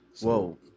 Whoa